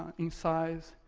in size.